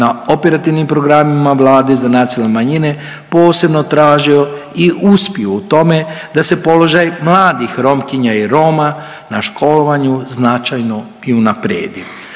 na operativnim programima Vlade za nacionalne manjine posebno tražio i uspio u tome da se položaj mladih Romkinja i Roma na školovanju značajno i unaprijedi.